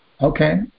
Okay